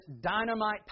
dynamite